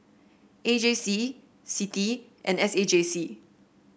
A J C CITI and S A J C